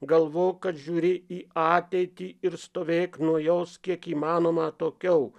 galvok kad žiūri į ateitį ir stovėk nuo jos kiek įmanoma atokiau